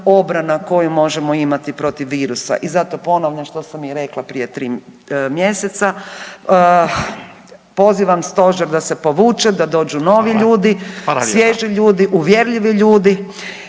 obrana koju možemo imati protiv virusa. I zato ponavljam što sam i rekla prije 3 mjeseca, poziva stožer da se povuče …/Upadica: Hvala./… da dođu novi ljudi